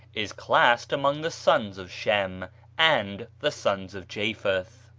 is classed among the sons of shem and the sons of japheth.